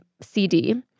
CD